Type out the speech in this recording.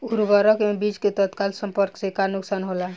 उर्वरक व बीज के तत्काल संपर्क से का नुकसान होला?